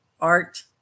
art